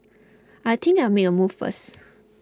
I think I make a move first